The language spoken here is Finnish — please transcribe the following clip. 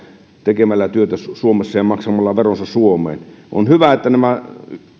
tekemällä työtä suomessa ja maksamalla veronsa suomeen on hyvä että